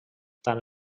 tant